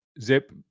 zip